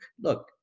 Look